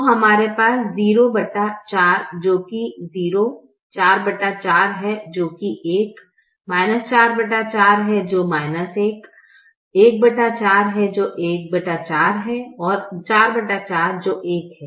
तो हमारे पास 04 जो कि 0 44 है जो कि 1 44 है जो 1 14 है जो 14 है और 44 जो 1 है